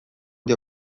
dio